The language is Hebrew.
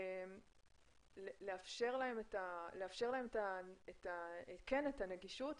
לאפשר להן את הנגישות,